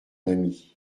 ami